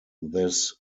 this